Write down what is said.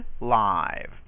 live